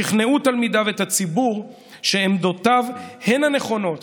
שכנעו תלמידיו את הציבור שעמדותיו הן הנכונות